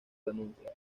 renuncia